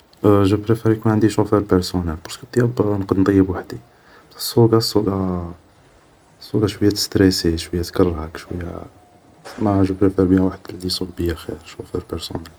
جو بريفار يكون عندي شوفار بارسونال, بارسكو طياب نقد نطيب وحدي بصح السوقا السوقا شوية تستريسي شوية تكرهك شوية, سما جو بريفار بيان واحد لي يسوق بيا خير, شوفار بارسونال